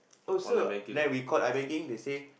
oh so that we call iBanking they say